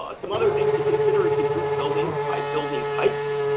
ah some other things to consider is to group buildings by building types.